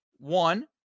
One